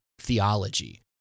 theology